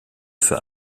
für